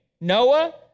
Noah